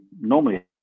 normally